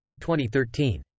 2013